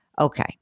Okay